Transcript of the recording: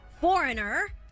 Foreigner